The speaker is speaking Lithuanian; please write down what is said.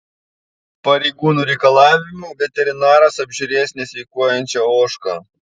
pareigūnų reikalavimu veterinaras apžiūrės nesveikuojančią ožką